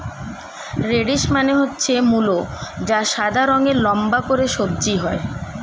radish মানে হচ্ছে মূলো যা সাদা রঙের লম্বা করে সবজি হয়